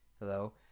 Hello